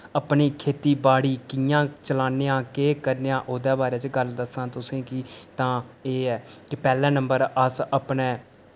अपनी खेती बाड़ी कि'यां चलानेआं केह् करनेआं ओह्दे बारे च गल्ल दस्सां तुसें कि तां एह् ऐ कि पैह्ले नंबर अस अपने